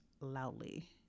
loudly